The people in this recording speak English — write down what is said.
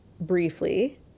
briefly